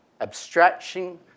abstraction